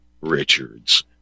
Richards